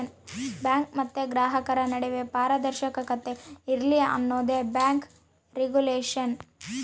bank ಮತ್ತೆ ಗ್ರಾಹಕರ ನಡುವೆ ಪಾರದರ್ಶಕತೆ ಇರ್ಲಿ ಅನ್ನೋದೇ ಬ್ಯಾಂಕ್ ರಿಗುಲೇಷನ್